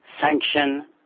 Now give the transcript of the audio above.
Sanction